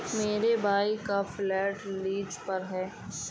मेरे भाई का फ्लैट लीज पर है